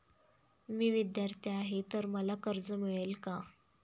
मी विद्यार्थी आहे तर मला कर्ज मिळेल का?